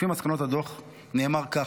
במסקנות הדוח נאמר כך,